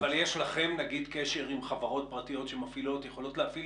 יש לכם קשר עם חברות פרטיות שיכולות להפעיל